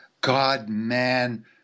God-man